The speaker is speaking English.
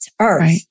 Earth